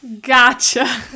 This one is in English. gotcha